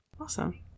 Awesome